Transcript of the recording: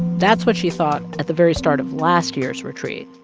that's what she thought at the very start of last year's retreat.